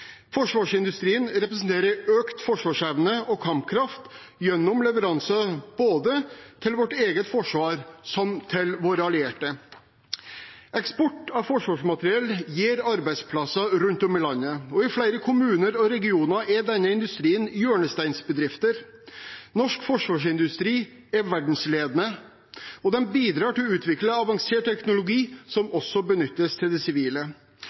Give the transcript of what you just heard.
Forsvarsindustrien representerer økt forsvarsevne og kampkraft gjennom leveranser både til vårt eget forsvar og til våre allierte. Eksport av forsvarsmateriell gir arbeidsplasser rundt om i landet, og i flere kommuner og regioner er denne industrien hjørnesteinsbedrifter. Norsk forsvarsindustri er verdensledende, og de bidrar til å utvikle avansert teknologi som også benyttes i det sivile. At forsvarsindustrien har vært leverandør til løsninger for sivile